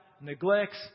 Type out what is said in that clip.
neglects